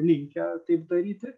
linkę taip daryti